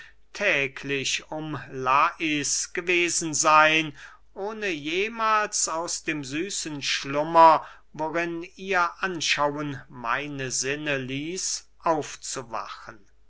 täglich um lais gewesen seyn ohne jemahls aus dem süßen schlummer worin ihr anschauen meine sinne ließ aufzuwachen